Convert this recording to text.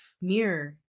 mirror